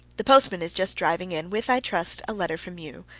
the postman is just driving in with, i trust, a letter from you.